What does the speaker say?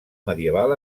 medieval